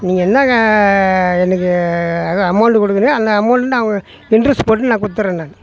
நீங்கள் என்ன எனக்கு எதோ அமௌண்ட் கொடுக்குறீங்களோ அந்த அமௌண்ட் நான் உங்கள் இன்ட்ரெஸ்ட் போட்டு நான் கொடுத்துர்றேங்க